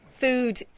Food